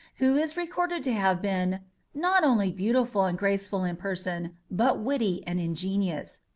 who is recorded to have been not only beautiful and graceful in person, but witty and ingenious.